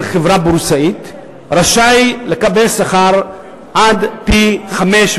חברה בורסאית רשאי לקבל שכר עד פי-חמישה,